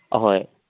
ꯑꯍꯣꯏ